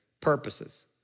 purposes